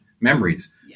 memories